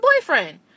boyfriend